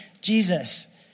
Jesus